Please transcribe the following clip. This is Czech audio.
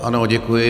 Ano, děkuji.